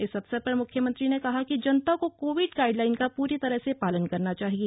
इस अवसर पर मुख्यमंत्री ने कहा कि जनता को कोविड गाइड लाइन का पूरी तरह से पालन करना चाहिए